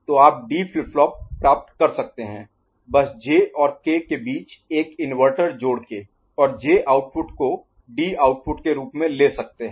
तो आप D flip flop प्राप्त कर सकते हैं बस J और K के बीच एक इन्वर्टर जोड़ के और जे आउटपुट को डी आउटपुट के रूप में ले सकते हैं